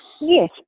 Yes